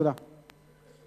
תודה רבה.